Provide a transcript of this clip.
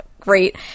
great